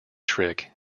trick